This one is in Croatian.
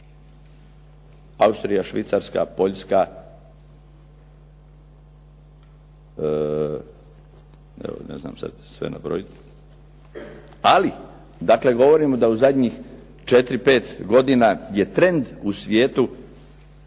Austrija, Švicarska, Poljska, ne znam sad sve nabrojit. Ali dakle, govorimo da u zadnjih 4, 5 godina je trend u svijetu